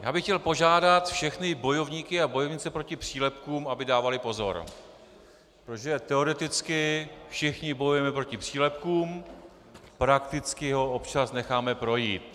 Já bych chtěl požádat všechny bojovníky a bojovnice proti přílepkům, aby dávali pozor, protože teoreticky všichni bojujeme proti přílepkům, prakticky ho občas necháme projít.